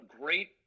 great